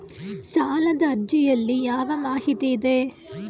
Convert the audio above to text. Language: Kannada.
ಸಾಲದ ಅರ್ಜಿಯಲ್ಲಿ ಯಾವ ಮಾಹಿತಿ ಇದೆ?